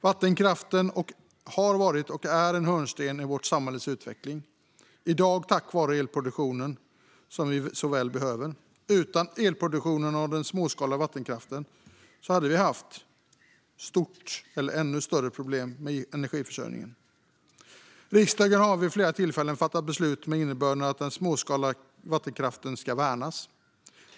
Vattenkraften har varit och är en hörnsten i vårt samhälles utveckling, i dag tack vare den elproduktion som vi så väl behöver. Utan elproduktionen från den småskaliga vattenkraften hade vi haft ännu större problem med energiförsörjningen. Riksdagen har vid flera tillfällen fattat beslut med innebörden att den småskaliga vattenkraften ska värnas.